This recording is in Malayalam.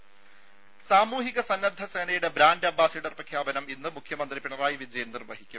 ദ്ദേ സാമൂഹിക സന്നദ്ധ സേനയുടെ ബ്രാൻഡ് അംബാസിഡർ പ്രഖ്യാപനം ഇന്ന് മുഖ്യമന്ത്രി പിണറായി വിജയൻ നിർവഹിക്കും